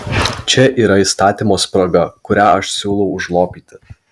čia yra įstatymo spraga kurią aš siūlau užlopyti